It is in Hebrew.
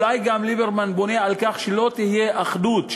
אולי גם ליברמן בונה על כך שלא תהיה אחדות,